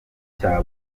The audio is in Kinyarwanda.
cya